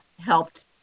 helped